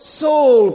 soul